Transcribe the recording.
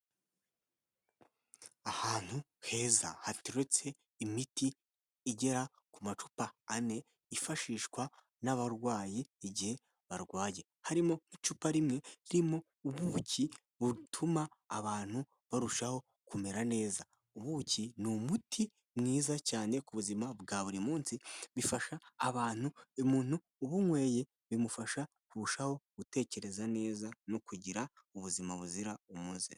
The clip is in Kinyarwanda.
Ahantu heza, hateretse imiti igera ku macupa ane, ifashishwa n'abarwayi igihe barwaye. Harimo icupa rimwe ririmo ubuki butuma abantu barushaho kumera neza. Ubuki ni umuti mwiza cyane ku buzima bwa buri munsi, bifasha abantu, umuntu ubunyweye bimufasha kurushaho gutekereza neza no kugira ubuzima buzira umuze.